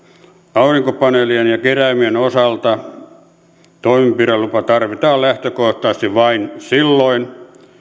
aurinkopaneelien ja keräimien osalta toimenpidelupa tarvitaan lähtökohtaisesti vain silloin